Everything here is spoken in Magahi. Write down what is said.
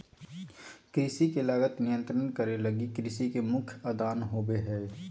कृषि के लागत नियंत्रित करे लगी कृषि के मुख्य आदान होबो हइ